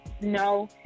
no